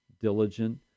diligent